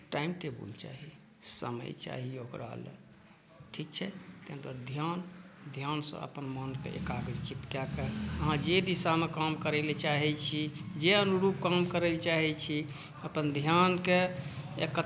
time table चाही समय चाही ओकरा लेल ठीक छै ध्यान ध्यान सॅं अपन मोन के एकाग्रचित कय कऽ अहाँ जे दिशामे काम करै लेल चाहै छियै जे अनुरूप काम करै लेल चाहै छी अपन ध्यान के एक